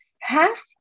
half